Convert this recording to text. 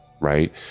right